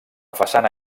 façana